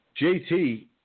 JT